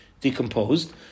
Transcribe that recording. decomposed